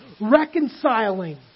reconciling